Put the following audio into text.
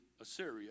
Assyria